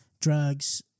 drugs